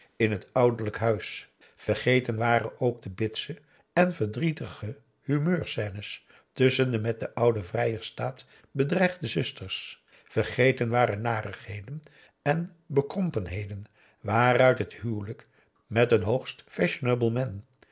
in het ouderlijk huis vergeten waren ook de bitse en verdrietige humeur scènes tusschen de met den oudevrijsterstaat bedreigde zusters vergeten waren narigheden en bekrompenheden waaruit het huwelijk met een hoogst fashionable